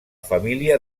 família